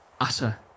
utter